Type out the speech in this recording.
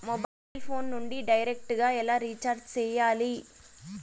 mobile phone నుండి direct గా ఎలా రీచార్జి సేయాలి